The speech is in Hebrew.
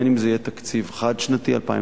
בין אם זה יהיה חד-שנתי 2013,